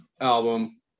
album